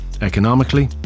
Economically